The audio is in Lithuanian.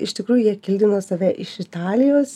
iš tikrųjų jie kildina save iš italijos